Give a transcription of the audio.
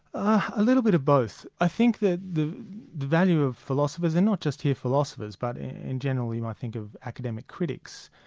a little bit of both. i think that the value of philosophers, and not just here philosophers, but in general you know i think of academic critics,